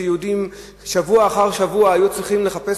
שיהודים שבוע אחר שבוע היו צריכים לחפש